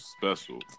special